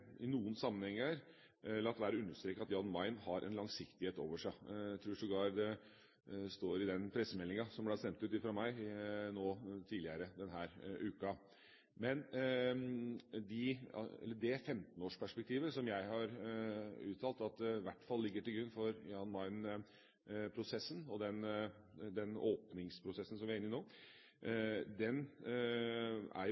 i noen sammenhenger latt være å understreke at Jan Mayen har langsiktighet over seg. Jeg tror sågar det står i den pressemeldinga som ble sendt ut fra meg tidligere i denne uka. Det 15-årsperspektivet som jeg har uttalt at i hvert fall ligger til grunn for Jan Mayen, og den åpningsprosessen som vi er inne i nå, er ikke noe argument mot nettopp å gjøre det vi nå gjør. Langsiktighet har jo